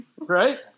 Right